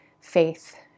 faith